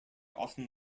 often